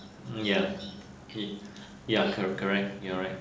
ya y~ ya correct correct you're right